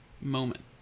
moment